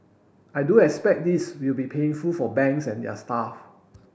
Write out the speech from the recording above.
I do expect this will be painful for banks and their staff